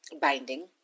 binding